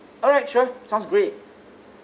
alright sure sounds great